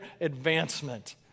advancement